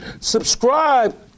Subscribe